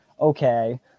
Okay